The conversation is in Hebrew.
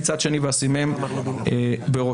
ומצד שני "ואשימם בראשיכם".